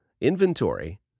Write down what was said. inventory